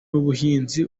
ubuhinzi